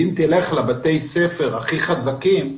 אם תלך לבתי הספר הכי חזקים,